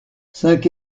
cinq